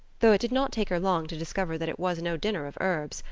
though it did not take her long to discover that it was no dinner of herbs,